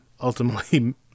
ultimately